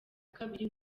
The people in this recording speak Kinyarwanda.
kabiri